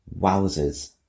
Wowzers